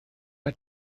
mae